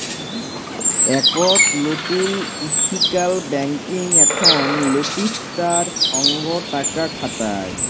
একট লতুল ethical banking এখন লৈতিকতার সঙ্গ টাকা খাটায়